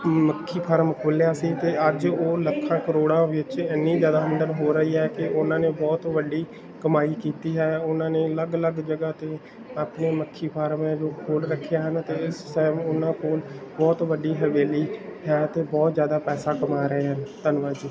ਮੱਖੀ ਫਾਰਮ ਖੋਲ੍ਹਿਆ ਸੀ ਅਤੇ ਅੱਜ ਉਹ ਲੱਖਾਂ ਕਰੋੜਾਂ ਵਿੱਚ ਇੰਨੀ ਜ਼ਿਆਦਾ ਆਮਦਨ ਹੋ ਰਹੀ ਹੈ ਕਿ ਉਹਨਾਂ ਨੇ ਬਹੁਤ ਵੱਡੀ ਕਮਾਈ ਕੀਤੀ ਹੈ ਉਹਨਾਂ ਨੇ ਅਲੱਗ ਅਲੱਗ ਜਗ੍ਹਾ 'ਤੇ ਆਪਣੇ ਮੱਖੀ ਫਾਰਮ ਹੈ ਜੋ ਖੋਲ੍ਹ ਰੱਖੇ ਹਨ ਅਤੇ ਇਸ ਟਾਇਮ ਉਹਨਾਂ ਕੋਲ ਬਹੁਤ ਵੱਡੀ ਹਵੇਲੀ ਹੈ ਅਤੇ ਬਹੁਤ ਜ਼ਿਆਦਾ ਪੈਸਾ ਕਮਾ ਰਹੇ ਹਨ ਧੰਨਵਾਦ ਜੀ